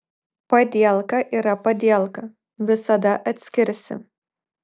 padielka yra padielka visada atskirsi